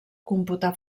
computar